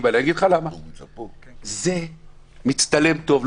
זה מצטלם טוב.